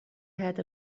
had